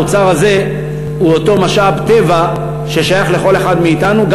האוצר הזה הוא אותו משאב טבע ששייך לכל אחד מאתנו,